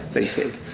they said.